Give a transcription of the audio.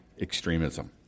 extremism